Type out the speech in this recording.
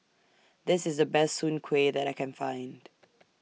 This IS The Best Soon Kway that I Can Find